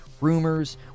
rumors